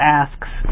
asks